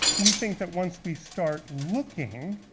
we think that once we start looking,